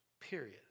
Period